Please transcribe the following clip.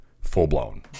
full-blown